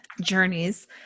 journeys